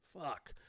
Fuck